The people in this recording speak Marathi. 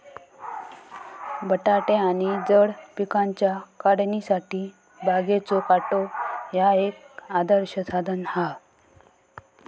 बटाटे आणि जड पिकांच्या काढणीसाठी बागेचो काटो ह्या एक आदर्श साधन हा